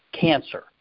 cancer